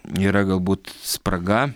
yra galbūt spraga